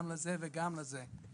גם לזה וגם לזה.